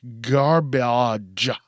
garbage